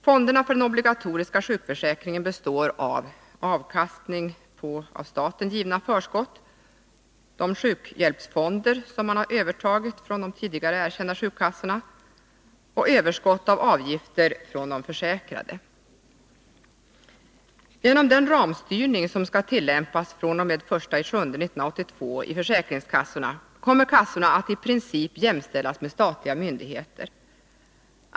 Fonderna för den obligatoriska sjukförsäkringen består av avkastning på av staten utgivna förskott, de sjukhjälpsfonder som övertagits av de erkända sjukkassorna samt överskott av avgifter från de försäkrade. Genom den ramstyrning som skall tillämpas fr.o.m. den 1 juli 1982 i försäkringskassorna kommer kassorna att i princip jämställas med statliga myndigheter.